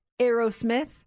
Aerosmith